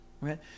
right